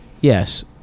Yes